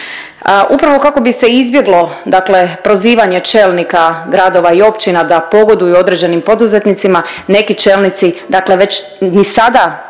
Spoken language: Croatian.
upravo kako bi se izbjeglo dakle prozivanje čelnika gradova i općina da pogoduju određenim poduzetnicima, neki čelnici dakle već ni sada